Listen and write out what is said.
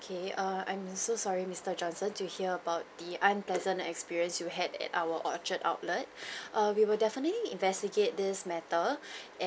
okay err I'm so sorry mister johnson to hear about the unpleasant experience you had at our orchard outlet err we will definitely investigate this matter